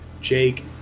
Jake